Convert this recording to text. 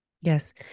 Yes